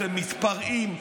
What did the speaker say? אתם מתפרעים,